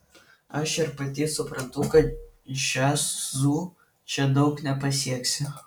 aš ir pati suprantu kad džiazu čia daug nepasieksi